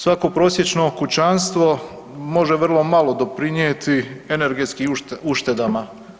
Svako prosječno kućanstvo može vrlo malo doprinijeti energetskim uštedama.